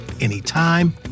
anytime